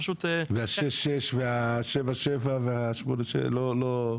וה-66 וה-77 וה-89 לא עולה?